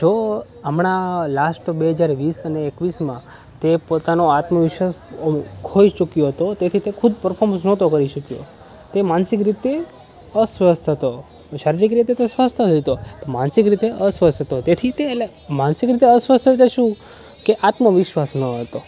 જો હમણાં લાસ્ટ બે હજાર વીસ અને એકવીસમાં તે પોતાનો આત્મવિશ્વાસ ખોઈ ચૂક્યો હતો તેથી તે ખુદ પરફોર્મન્સ નહોતો કરી શક્યો તે માનસિક રીતે અસ્વસ્થ હતો શારીરિક રીતે તો સ્વસ્થ જ હતો માનસિક રીતે અસ્વસ્થ હતો તેથી તે એટલે માનસિક રીતે અસ્વસ્થ હોય તો શું કે આત્મવિશ્વાસ ન હતો